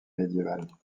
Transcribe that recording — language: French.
médiévales